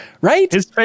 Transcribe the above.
right